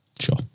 Sure